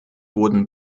wurden